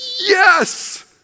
Yes